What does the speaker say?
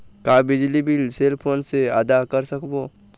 का बिजली bill cell phone से आदा कर सकबो?